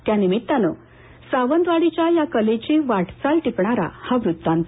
त्या निमित्तानं सावंतवाडीच्या या कलेची वाटचाल टिपणारा हा वृत्तांत